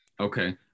Okay